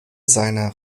seiner